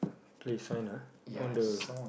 play sign ah on the